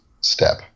step